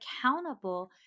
accountable